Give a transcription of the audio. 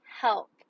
help